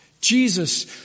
Jesus